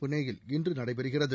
புனேயில் இன்று நடைபெறுகிறது